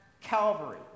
Calvary